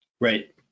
Right